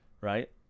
Right